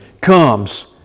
comes